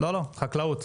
לא, לא, חקלאות,